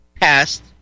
passed